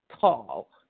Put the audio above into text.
tall